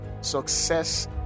success